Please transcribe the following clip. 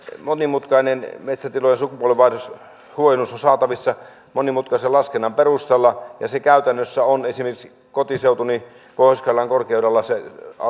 monimutkainen metsätilojen sukupolvenvaihdoshuojennus on saatavissa monimutkaisen laskennan perusteella ja käytännössä esimerkiksi kotiseutuni pohjois karjalan korkeudella se